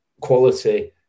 quality